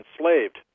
enslaved